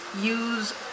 use